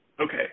okay